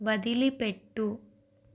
వదిలిపెట్టు